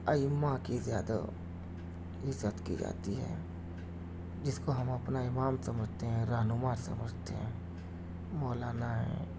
ائمہ کی زیادہ عزت کی جاتی ہے جس کو ہم اپنا امام سمجھتے ہیں رہنما سمجھتے ہیں مولانا ہیں